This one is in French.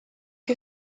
que